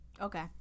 Okay